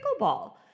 pickleball